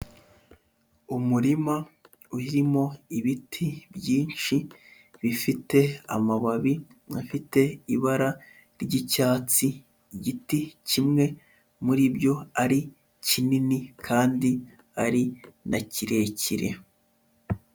Umurima urimo ibiti byinshi bifite amababi afite ibara ry'icyatsi, igiti kimwe muri byo ari kinini kandi ari na kirekire.